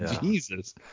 Jesus